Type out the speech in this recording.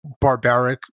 barbaric